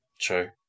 True